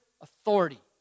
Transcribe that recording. authority